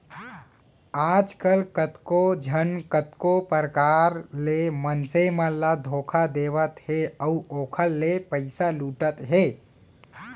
आजकल कतको झन कतको परकार ले मनसे मन ल धोखा देवत हे अउ ओखर ले पइसा लुटत हे